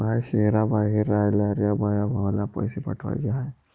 माया शैहराबाहेर रायनाऱ्या माया भावाला पैसे पाठवाचे हाय